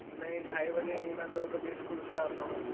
नहीं ढाई बजे नहीं मैं दो बजे स्कूल से आता हूँ